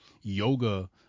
yoga